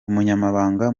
umunyamabanga